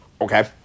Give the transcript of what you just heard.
Okay